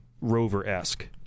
Rover-esque